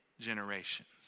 generations